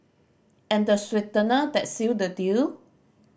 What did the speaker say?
and the sweetener that seal the deal